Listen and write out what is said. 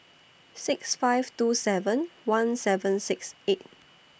six five two seven one seven six eight